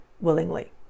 willingly